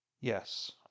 Yes